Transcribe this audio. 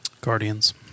Guardians